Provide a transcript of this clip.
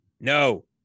No